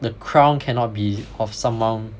the crown cannot be of someone